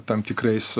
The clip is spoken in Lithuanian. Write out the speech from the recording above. tam tikrais